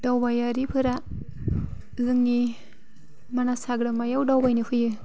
दावबायारिफोरा जोंनि मानास हाग्रामायाव दावबायनो फैयो